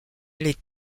les